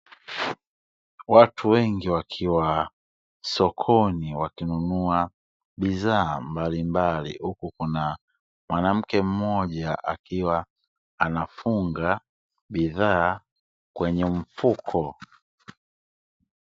Watu wengi wakiwa sokoni, wakinunua bidhaa mbalimbali, huku kuna mwanamke mmoja akiwa anafunga bidhaa kwenye mfuko.